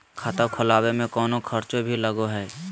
खाता खोलावे में कौनो खर्चा भी लगो है?